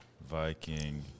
Viking